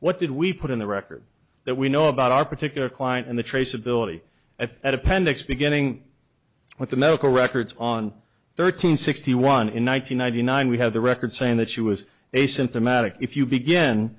what did we put in the record that we know about our particular client and the traceability at appendix beginning with the medical records on thirteen sixty one in one thousand nine hundred nine we have the record saying that she was asymptomatic if you begin